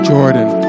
Jordan